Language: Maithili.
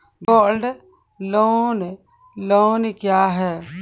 गोल्ड लोन लोन क्या हैं?